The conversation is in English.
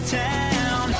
town